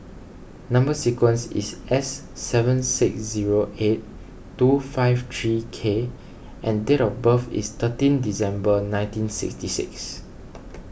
Number Sequence is S seven six zero eight two five three K and date of birth is thirteen December nineteen sixty six